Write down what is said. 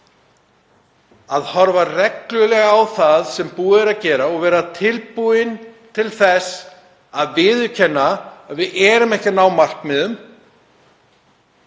að horfa reglulega á það sem búið er að gera og vera tilbúin til þess að viðurkenna að við erum ekki að ná markmiðum,